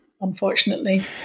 unfortunately